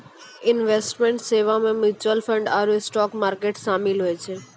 investment सेबा मे mutual fund आरु स्टाक मार्केट शामिल होय छै